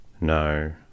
No